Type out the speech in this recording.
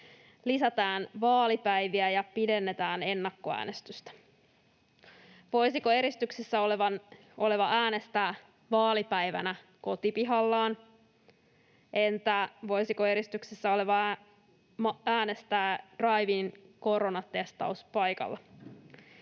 lisätään vaalipäiviä ja pidennetään ennakkoäänestystä. Voisiko eristyksessä oleva äänestää vaalipäivänä kotipihallaan? Entä voisiko eristyksessä oleva äänestää drive-in-koronatestauspaikalla?